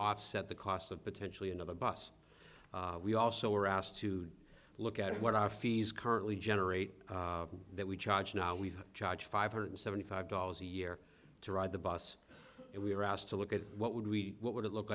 offset the cost of potentially another bus we also were asked to look at what our fees currently generate that we charge now we charge five hundred seventy five dollars a year to ride the bus and we were asked to look at what would we what would it look